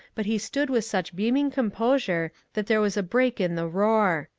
but he stood with such beaming composure that there was a break in the roar.